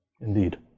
Indeed